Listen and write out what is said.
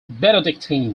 benedictine